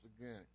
again